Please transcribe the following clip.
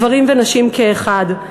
גברים ונשים כאחד.